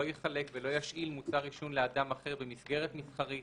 לא יחלק ולא ישאיל מוצר עישון לאדם אחר במסגרת מסחרית,